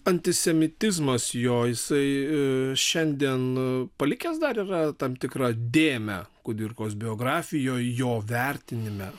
antisemitizmas jo jisai šiandien palikęs dar yra tam tikrą dėmę kudirkos biografijoj jo vertinime